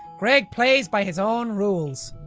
gregg plays by his own rules.